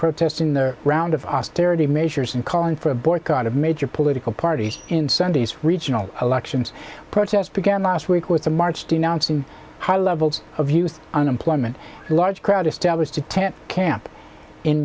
protest in the round of austerity measures and calling for a boycott of major political parties in sunday's regional elections protests began last week with a march denouncing high levels of youth unemployment a large crowd established a tent camp in